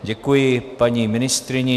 Děkuji paní ministryni.